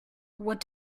what